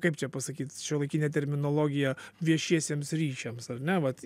kaip čia pasakyt šiuolaikinė terminologija viešiesiems ryšiams ar ne vat